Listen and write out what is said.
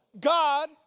God